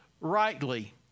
rightly